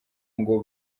ngo